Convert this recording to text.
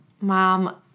mom